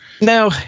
Now